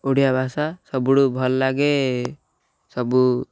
ଓଡ଼ିଆ ଭାଷା ସବୁଠୁ ଭଲ ଲାଗେ ସବୁ